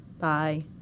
bye